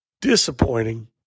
disappointing